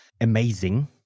amazing